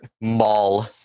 Mall